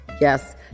yes